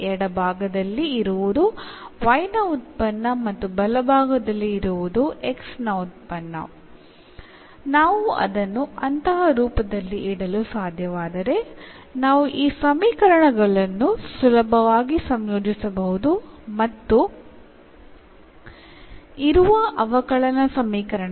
ഈ സമവാക്യത്തെ നമുക്ക് എളുപ്പത്തിൽ ഇൻറെഗ്രേറ്റ് ചെയ്യാൻ സാധിക്കും കാരണം ഇടതുവശത്ത് യുടെ മാത്രം ഫംഗ്ഷനും വലതുവശത്തുള്ളതെല്ലാം ൻറെ മാത്രം ഫംഗ്ഷനും ആണ്